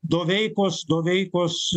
doveikos doveikos